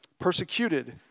persecuted